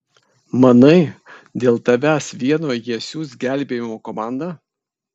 manai dėl tavęs vieno jie siųs gelbėjimo komandą